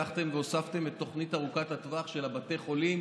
לקחתם והוספתם לתוכנית ארוכת הטווח של בתי החולים